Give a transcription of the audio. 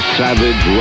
savage